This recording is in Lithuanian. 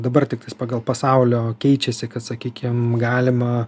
dabar tiktais pagal pasaulio keičiasi kad sakykim galima